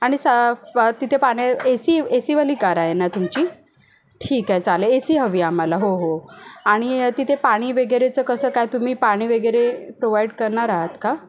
आणि सा तिथे पाणी ए सी ए सीवाली कार आहे ना तुमची ठीक आहे चालेल ए सी हवी आहे आम्हाला हो हो आणि तिथे पाणी वगैरेचं कसं काय तुम्ही पाणी वगैरे प्रोव्हाइड करणार आहात का